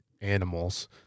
animals